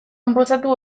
konposatu